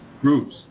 groups